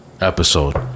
episode